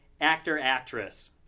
actor-actress